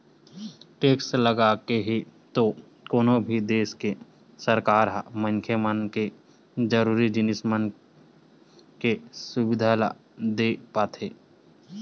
tax लगाके ही तो कोनो भी देस के सरकार ह मनखे मन के जरुरी जिनिस मन के सुबिधा देय पाथे